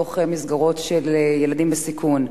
מתוך מסגרות של ילדים בסיכון.